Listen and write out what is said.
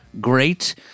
great